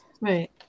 right